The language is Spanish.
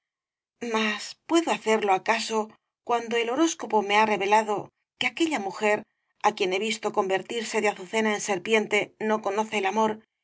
mas puedo hacerlo acaso cuando el horóscopo me ha revelado que aquella mujer a quien he visto convertirse de azucena en serpiente no conoce el amor